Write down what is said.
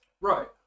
Right